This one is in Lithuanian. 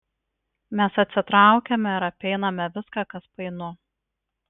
mes atsitraukiame ir apeiname viską kas painu